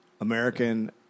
American